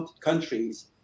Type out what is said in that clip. countries